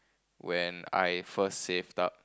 when I first saved up